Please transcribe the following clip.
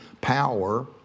power